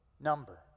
number